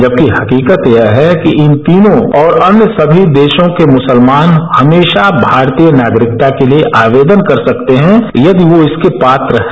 जबकि हकीकत यह है कि इन तीनों और अन्य सभी देशों के मुसलमान हमेशा भारतीय नागरिकता के लिए आवेदन कर सकते हैं यदि वो इसके पात्र हैं